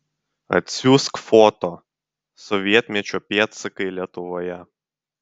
atsiųsk foto sovietmečio pėdsakai lietuvoje